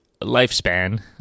lifespan